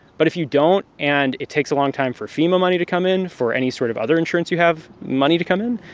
but if you don't and it takes a long time for fema money to come in, for any sort of other insurance you have money to come in,